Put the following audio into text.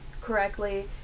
correctly